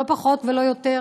לא פחות ולא יותר,